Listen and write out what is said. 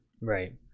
right